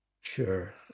Sure